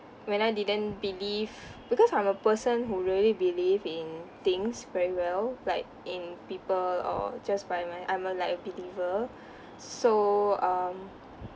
when I didn't believe because I'm a person who really believe in things very well like in people or just by my I'm a like a believer so um